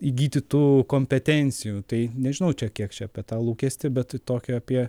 įgyti tų kompetencijų tai nežinau čia kiek apie tą lūkestį bet tokio apie